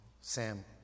Sam